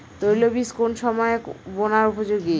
তৈলবীজ কোন সময়ে বোনার উপযোগী?